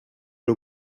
era